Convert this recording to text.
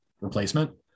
replacement